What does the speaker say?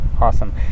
Awesome